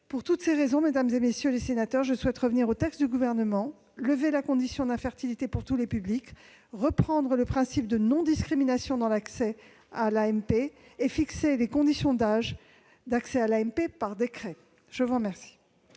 Pour toutes ces raisons, mesdames, messieurs les sénateurs, je souhaite revenir au texte du Gouvernement : lever la condition d'infertilité pour tous les publics, reprendre le principe de non-discrimination dans l'accès à l'AMP et fixer des conditions d'âge d'accès à cette technique par décret.